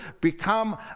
become